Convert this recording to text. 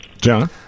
John